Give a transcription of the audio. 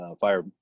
fire